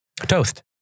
Toast